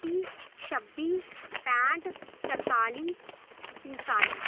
कत्ती छब्बी पैंह्ट तरताली पंजताली